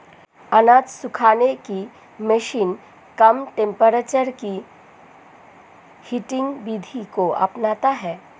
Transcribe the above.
अनाज सुखाने की मशीन कम टेंपरेचर की हीटिंग विधि को अपनाता है